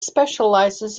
specialises